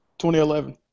2011